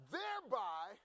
thereby